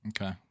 Okay